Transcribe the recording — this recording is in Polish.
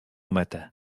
metę